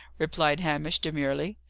replied hamish, demurely.